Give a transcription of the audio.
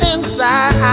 Inside